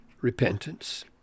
Repentance